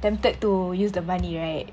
tempted to use the money right